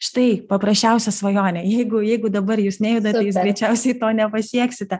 štai paprasčiausia svajonė jeigu jeigu dabar jūs nejudate jūs greičiausiai to nepasieksite